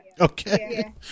okay